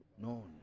no